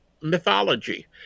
mythology